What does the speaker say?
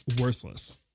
worthless